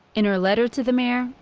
in her letter to the mayor,